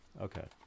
Okay